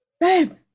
Babe